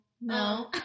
No